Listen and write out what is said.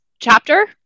chapter